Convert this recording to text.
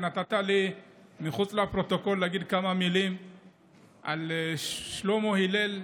שנתת לי מחוץ לפרוטוקול להגיד כמה מילים על שלמה הלל.